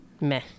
Meh